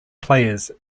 players